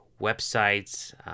websites